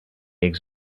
eggs